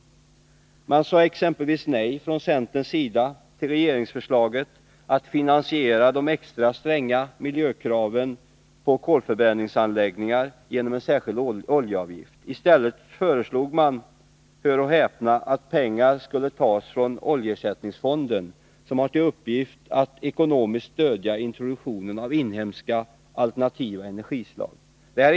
Centern sade exempelvis nej till regeringsförslaget att finansiera de extra stränga miljökraven på kolförbränningsanläggningar genom en särskild oljeavgift. I stället föreslog man, hör och häpna, att pengar skulle tas från oljeersättningsfonden, som har till uppgift att ekonomiskt stödja introduktionen av inhemska alternativa energislag.